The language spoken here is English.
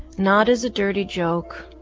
not as a dirty joke,